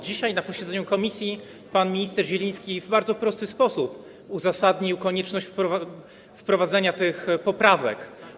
Dzisiaj na posiedzeniu komisji pan minister Zieliński w bardzo prosty sposób uzasadnił konieczność wprowadzenia tych poprawek.